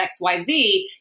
XYZ